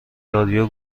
رادیو